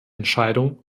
entscheidung